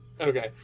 okay